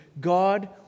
God